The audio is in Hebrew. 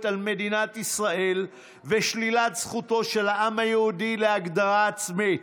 על מדינת ישראל ושלילת זכותו של העם היהודי להגדרה עצמית.